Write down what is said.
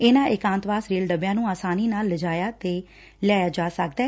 ਇਨੂਾ ਏਕਾਤਵਾਸ ਰੇਲ ਡੱਬਿਆਂ ਨੂੰ ਆਸਾਨੀ ਨਾਲ ਲਿਆਇਆ ਤੇ ਲਿਜਾਇਆ ਜਾ ਸਕਦੈ